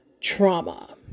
Trauma